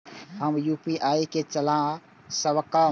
हम यू.पी.आई के चला सकब?